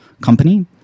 company